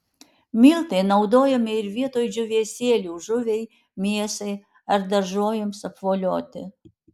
miltai naudojami ir vietoj džiūvėsėlių žuviai mėsai ar daržovėms apvolioti